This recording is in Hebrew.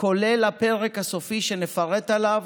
כולל הפרק הסופי שנפרט עליו,